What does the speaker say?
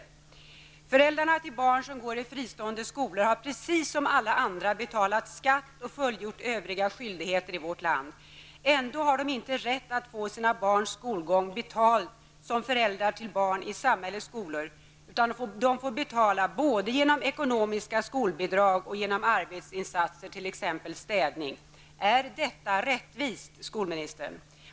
Föräldrarna till barn som går i fristående skolor har precis som alla andra betalat skatt och fullgjort övriga skyldigheter i vårt land. Ändå har de inte rätt att få sina barns skolgång betald på samma sätt som föräldrar till barn i samhällets skolor, utan de får betala både genom ekonomiska skolbidrag och genom arbetsinsatser, t.ex. städning. Är detta rättvist, skolministern?